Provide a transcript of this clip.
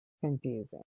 confusing